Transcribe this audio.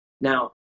Now